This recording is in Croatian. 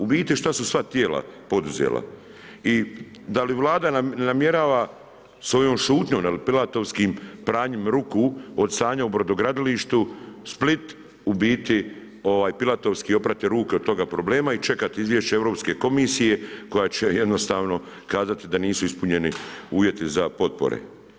U biti što su sva tijela poduzela i da li Vlada namjerava svojom šutnjom ili pilatovskim pranjem ruku, od stanja u brodogradilištu Split, u biti, pilatovski oprati ruke od toga problema i čekati izvješće Europske komisije, koja će jednostavno kazati, da nisu ispunjeni uvjeti za potpore.